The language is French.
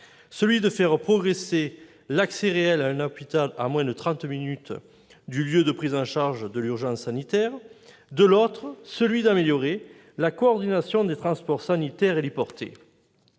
sensible : faire progresser l'accès réel à un hôpital à moins de trente minutes du lieu de prise en charge de l'urgence sanitaire ; améliorer la coordination des transports sanitaires héliportés.